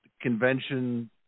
convention